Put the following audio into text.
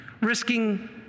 risking